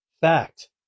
Fact